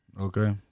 Okay